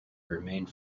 remained